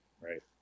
Right